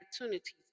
opportunities